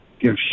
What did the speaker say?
give